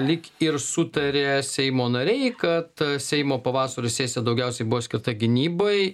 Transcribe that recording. lyg ir sutarė seimo nariai kad seimo pavasario sesija daugiausiai buvo skirta gynybai